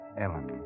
Ellen